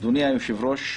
אדוני היושב-ראש,